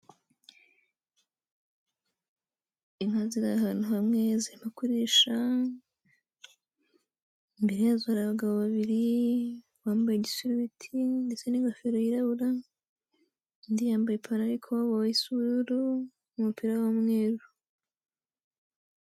Inka ziri ahantu hamwe zirimo kurisha, imbere yazo hari abagabo babiri; uwambaye igisurubeti ndetse n'ingofero yirabura, undi yambaye impantaro y'ikoboyi isa ubururu n'umupira w'umweru.